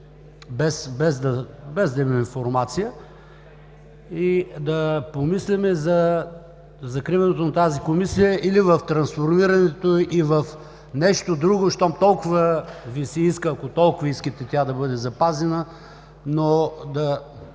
без да имам информация. Да помислим за закриването на тази Комисия или в трансформирането ѝ в нещо друго, щом толкова Ви се иска и, ако толкова искате тя да бъде запазена, но да